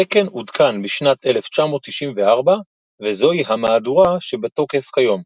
התקן עודכן בשנת 1994, וזוהי המהדורה שבתוקף כיום.